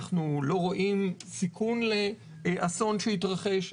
אנחנו לא רואים סיכון לאסון שיתרחש,